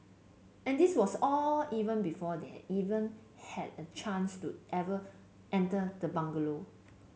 and this was all even before they even had the chance to every enter the bungalow